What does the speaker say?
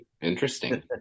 Interesting